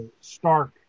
Stark